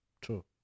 true